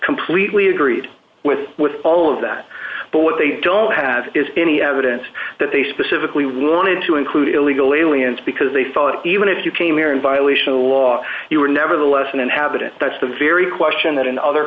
completely agreed with with all of that but what they don't have is any evidence that they specifically wanted to include illegal aliens because they thought even if you came here in violation of law you were nevertheless an inhabitant that's the very question that in other